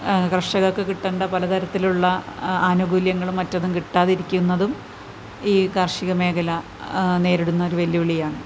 കർഷകർക്ക് കിട്ടേണ്ട പലതരത്തിലുള്ള ആനുകൂല്യങ്ങളും മറ്റതും കിട്ടാതിരിക്കുന്നതും ഈ കാർഷിക മേഖല നേരിടുന്നൊരു വെല്ലുവിളിയാണ്